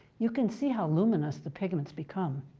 you can see how luminous the pigments become.